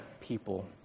people